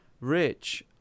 Rich